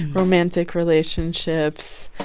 romantic relationships,